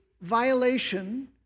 violation